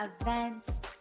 events